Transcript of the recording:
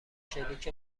شلیک